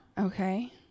Okay